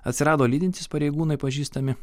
atsirado lydintys pareigūnai pažįstami